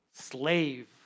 slave